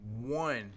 One